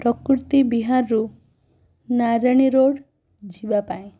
ପ୍ରକୃତି ବିହାରରୁ ନାରେଣୀ ରୋଡ୍ ଯିବାପାଇଁ